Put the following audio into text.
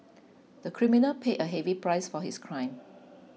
the criminal paid a heavy price for his crime